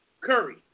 Curry